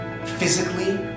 physically